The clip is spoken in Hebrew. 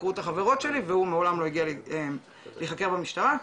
חקרו את החברות שלי והוא מעולם לא הגיע לחקירה במשטרה.